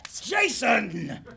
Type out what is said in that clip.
Jason